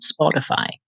Spotify